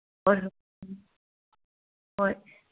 ꯍꯣꯏ ꯍꯣꯏ ꯎꯝ ꯍꯣꯏ